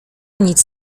nic